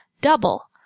double